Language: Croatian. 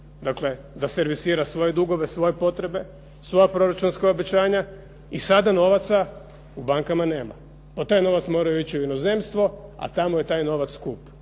dakle da servisira svoje dugove, svoje potrebe, svoja proračunska obećanja i sada novaca u bankama nema. Po taj novac moraju ići u inozemstvo, a tamo je taj novac skup.